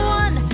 one